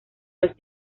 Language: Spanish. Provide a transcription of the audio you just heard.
los